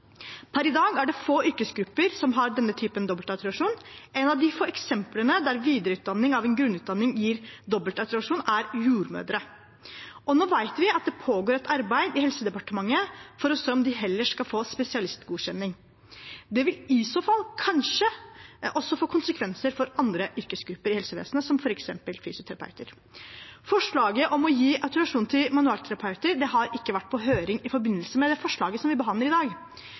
Per i dag er det få yrkesgrupper som har denne typen dobbeltautorisasjon. Et av de få eksemplene der videreutdanning av en grunnutdanning gir dobbeltautorisasjon, er for jordmødre. Nå vet vi at det pågår et arbeid i Helsedepartementet for å se om de heller skal få spesialistgodkjenning. Det vil i så fall kanskje også få konsekvenser for andre yrkesgrupper i helsevesenet, som f.eks. fysioterapeuter. Forslaget om å gi autorisasjon til manuellterapeuter har ikke vært på høring i forbindelse med det forslaget som vi behandler i dag.